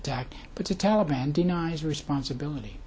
attack but the taliban denies responsibility